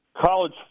college